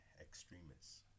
extremists